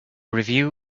review